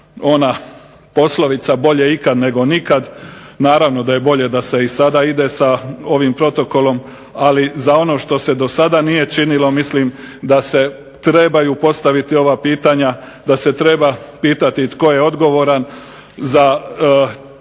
ona poslovica "Bolje ikad, nego nikad", naravno da je bolje da se sada ide sa ovim Protokolom ali za ono što se do sada nije činilo mislim da se trebaju postaviti ova pitanja, da se treba pitati tko je odgovoran za tako